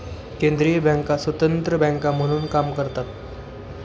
केंद्रीय बँका स्वतंत्र बँका म्हणून काम करतात